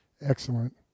excellent